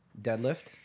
deadlift